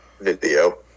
video